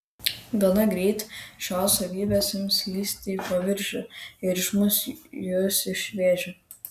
gana greit šios savybės ims lįsti į paviršių ir išmuš jus iš vėžių